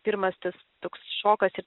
pirmas tas toks šokas ir